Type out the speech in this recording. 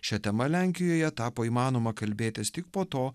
šia tema lenkijoje tapo įmanoma kalbėtis tik po to